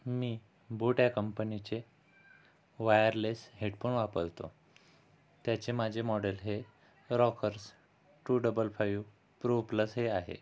मी boAt या कंपनीचे wireless headphone वापरतो त्याचे माझे मॉडेल हे Rockerz two double five pro plus हे आहे